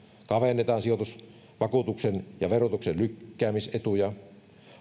kavennetaan sijoitusvakuutuksen ja verotuksen lykkäämisetuja